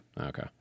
Okay